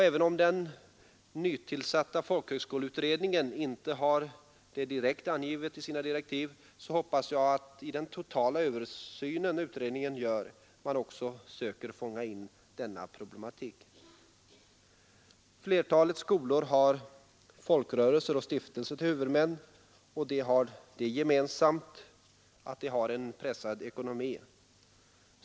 Även om den nytillsatta folkhögskoleutredningen inte har det direkt angivet i sina direktiv hoppas jag att man i den totala översyn utredningen gör också söker fånga in denna problematik. Flertalet skolor har folkrörelser och stiftelser till huvudmän, och de har alla det gemensamt att deras ekonomi är pressad.